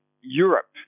Europe